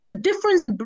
difference